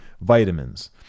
vitamins